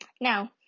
Now